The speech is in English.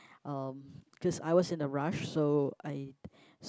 um cause I was in a rush so I